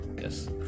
Yes